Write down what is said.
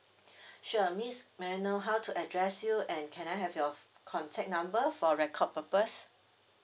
sure miss may I know how to address you and can I have your contact number for record purpose